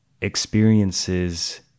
experiences